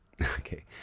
Okay